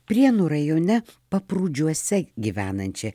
prienų rajone paprūdžiuose gyvenančią